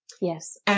Yes